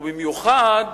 ובמיוחד